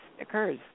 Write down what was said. occurs